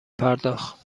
پرداخت